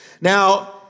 Now